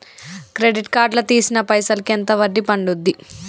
Credit card లా తీసిన పైసల్ కి ఎంత వడ్డీ పండుద్ధి?